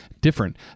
different